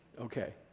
Okay